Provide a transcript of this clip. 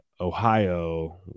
ohio